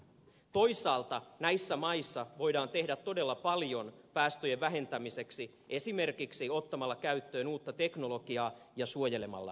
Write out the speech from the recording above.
toisaalta näissä maissa voidaan tehdä todella paljon päästöjen vähentämiseksi esimerkiksi ottamalla käyttöön uutta teknologiaa ja suojelemalla metsiä